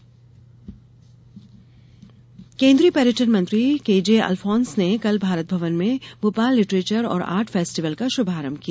literature festival केन्द्रीय पर्यटन मंत्री केजे अलफोन्स ने कल भारत भवन में भोपाल लिटरेचर और आर्ट फेस्टिवल का शुभारंभ किया